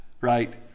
right